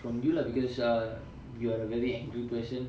from you lah because uh you are a very angry person